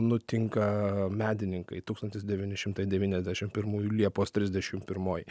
nutinka medininkai tūkstantis devyni šimtai devyniasdešimt pirmųjų liepos trisdešimt pirmoji